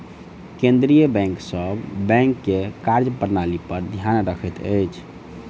केंद्रीय बैंक सभ बैंक के कार्य प्रणाली पर ध्यान रखैत अछि